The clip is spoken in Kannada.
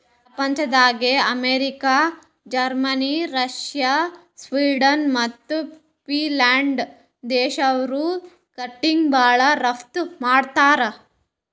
ಪ್ರಪಂಚ್ದಾಗೆ ಅಮೇರಿಕ, ಜರ್ಮನಿ, ರಷ್ಯ, ಸ್ವೀಡನ್ ಮತ್ತ್ ಫಿನ್ಲ್ಯಾಂಡ್ ದೇಶ್ದವ್ರು ಕಟಿಗಿ ಭಾಳ್ ರಫ್ತು ಮಾಡತ್ತರ್